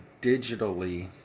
digitally